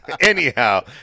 Anyhow